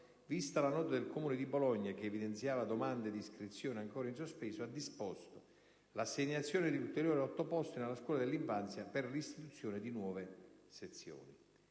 vista la nota del Comune di Bologna che evidenziava domande di iscrizione ancora in sospeso, ha disposto l'assegnazione di ulteriori otto posti nella scuola dell'infanzia per l'istituzione di nuove sezioni.